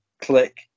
click